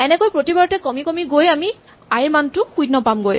এনেকৈ প্ৰতিবাৰতে কমি কমি গৈ আমি আই ৰ মান শূণ্য পামগৈ